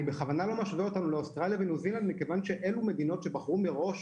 הייתי אומר שאני מציין בימים אלה כמעט שני דיונים עם משרד הבריאות.